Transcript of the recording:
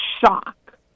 shock